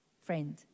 friend